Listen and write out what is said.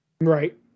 Right